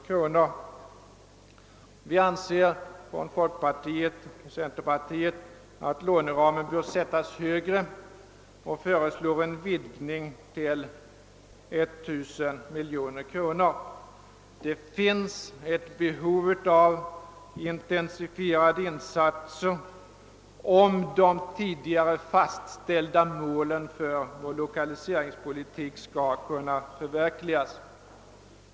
Inom folkpartiet och centerpartiet har vi ansett att låneramen bör göras vidare, och vi föreslår en vidgning till 1 000 miljoner kronor. Det finns behov av intensifierade insatser, om de tidigare uppställda målen för vår lokaliseringspolitik skall kunna nås.